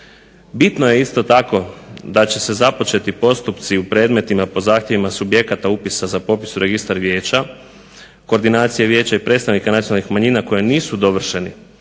Bitno je isto tako da će se započeti postupci u predmetima po zahtjevima subjekata upisa za popis u registar vijeća, koordinacije vijeća i predstavnika nacionalnih manjina koji nisu dovršeni,